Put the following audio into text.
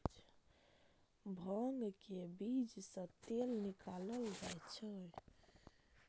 भांग के बीज सं तेल निकालल जाइ छै